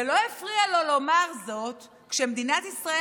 זה לא הפריע לו לומר זאת כשמדינת ישראל